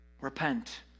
Repent